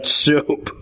soup